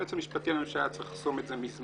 היועץ המשפטי לממשלה היה צריך לחסום את זה מזמן,